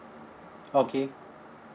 okay